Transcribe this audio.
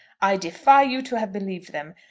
i defy you to have believed them.